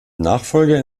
nachfolger